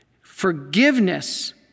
Forgiveness